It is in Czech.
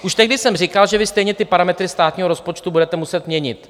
Už tehdy jsem říkal, že vy stejně ty parametry státního rozpočtu budete muset měnit.